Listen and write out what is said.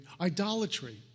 idolatry